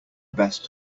best